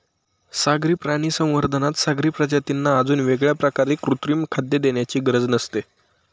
सागरी प्राणी संवर्धनात सागरी प्रजातींना अजून वेगळ्या प्रकारे कृत्रिम खाद्य देण्याची गरज नसते